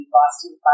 Boston